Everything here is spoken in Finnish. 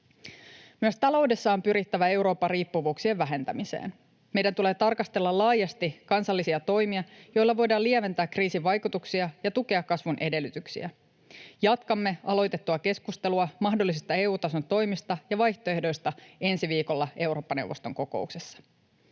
Myös taloudessa on pyrittävä Euroopan riippuvuuksien vähentämiseen. Meidän tulee tarkastella laajasti kansallisia toimia, joilla voidaan lieventää kriisin vaikutuksia ja tukea kasvun edellytyksiä. Jatkamme aloitettua keskustelua mahdollisista EU-tason toimista ja vaihtoehdoista ensi viikolla Eurooppa-neuvoston kokouksessa.